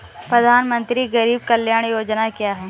प्रधानमंत्री गरीब कल्याण योजना क्या है?